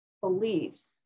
beliefs